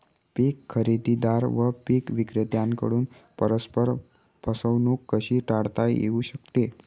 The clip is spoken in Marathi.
पीक खरेदीदार व पीक विक्रेत्यांकडून परस्पर फसवणूक कशी टाळता येऊ शकते?